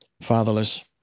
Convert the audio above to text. Fatherless